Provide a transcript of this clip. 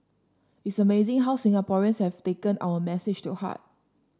it's amazing how Singaporeans have taken our message to heart